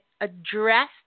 address